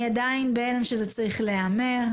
אני עדיין בהלם שזה צריך להיאמר.